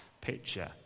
picture